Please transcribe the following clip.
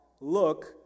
look